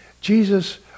Jesus